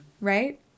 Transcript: right